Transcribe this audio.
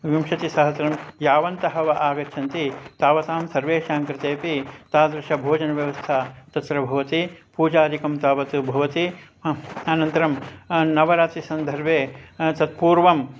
विंशतिसहस्रं यावन्तः वा आगच्छन्ति तावतां सर्वेषां कृतेपि तादृशभोजनव्यवस्था तत्र भवति पूजादिकं तावत् भवति आम् अनन्तरं नवरात्रिसन्दर्भे तत्पूर्वं